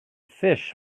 fish